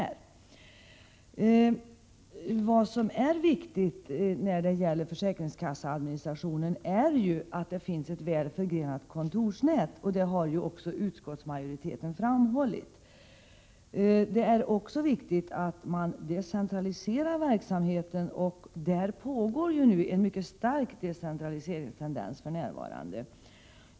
Vad gäller försäkringskasseadministrationen är det viktigt att det finns ett väl fungerande kontorsnät, något som också utskottsmajoriteten framhåller. Det är vidare viktigt att verksamheten decentraliseras, och decentraliseringstendenserna är också mycket starka för närvarande.